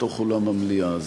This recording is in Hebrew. בתוך אולם המליאה הזה.